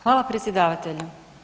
Hvala predsjedavatelju.